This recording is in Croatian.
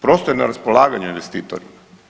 Prostor je na raspolaganju investitorima.